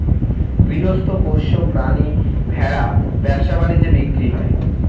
গৃহস্থ পোষ্য প্রাণী ভেড়া ব্যবসা বাণিজ্যে বিক্রি হয়